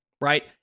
right